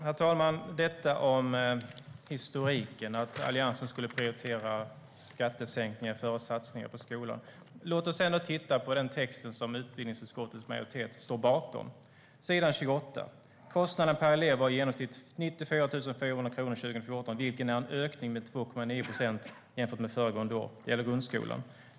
Herr talman! Lena Hallengren påstår att Alliansen skulle ha prioriterat skattesänkningar före satsningar på skolan. Låt oss titta på den text som utbildningsutskottets majoritet står bakom. På s. 28 står: "Kostnaden per elev var i genomsnitt 94 400 kronor 2014, vilket är en ökning med 2,9 procent jämfört med föregående år." Det gäller grundskolan.